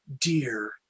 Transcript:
dear